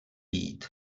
vyjít